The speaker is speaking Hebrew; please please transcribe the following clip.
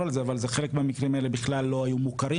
לזה אבל זה חלק מהמקרים האלה בכלל לא היו מוכרים